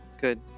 Good